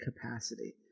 capacity